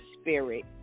spirit